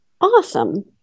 Awesome